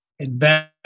invest